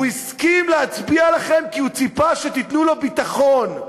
הוא הסכים להצביע לכם כי הוא ציפה שתיתנו לו ביטחון,